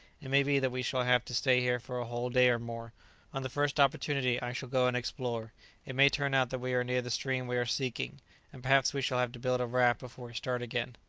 it may be that we shall have to stay here for a whole day or more on the first opportunity i shall go and explore it may turn out that we are near the stream we are seeking and perhaps we shall have to build a raft before we start again.